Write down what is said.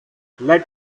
let